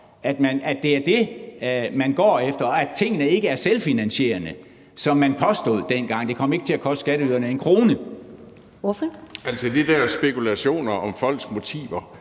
at det er det, man går efter, og at tingene ikke er selvfinansierende, som man påstod dengang? Man sagde, at det ikke kom til at koste skatteyderne en krone. Kl. 19:08 Første næstformand (Karen